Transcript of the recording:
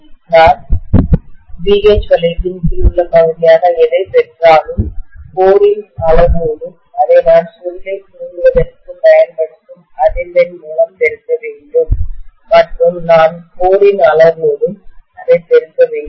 எனவே நான் BH வளையத்தின் கீழ் உள்ள பகுதியாக எதைப் பெற்றாலும் கோரின் மையத்தின் அளவோடு அதை நான் சுருளை தூண்டுவதற்கு பயன்படுத்தும் அதிர்வெண் மூலம் பெருக்க வேண்டும் மற்றும் நான் கோரின் மையத்தின் அளவோடும் அதைப் பெருக்க வேண்டும்